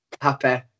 happy